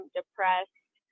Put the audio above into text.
depressed